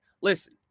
Listen